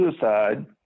suicide